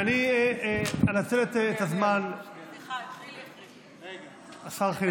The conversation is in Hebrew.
השר חילי טרופר.